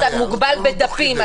אתה מוגבל בדפים,